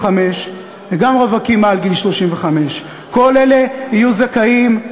וגם רווקים מעל גיל 35. כל אלה יהיו זכאים.